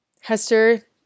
Hester